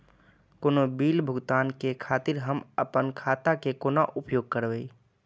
कोनो बील भुगतान के खातिर हम आपन खाता के कोना उपयोग करबै?